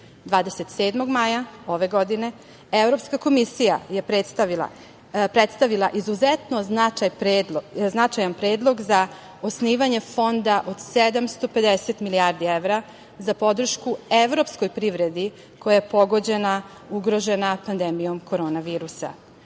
maja ove godine Evropska komisija je predstavila izuzetno značajan predlog za osnivanje fonda od 750 milijardi evra za podršku evropskoj privredi koja je pogođena, ugrožena pandemijom korona virusa.